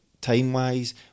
time-wise